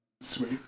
Sweet